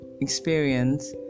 experience